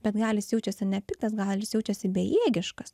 bet gal jis jaučiasi ne piktas gal jis jaučiasi bejėgiškas